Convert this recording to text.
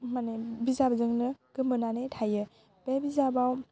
माने बिजाबजोंनो गोमोनानै थायो बे बिजाबाव